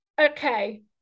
Okay